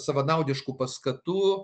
savanaudiškų paskatų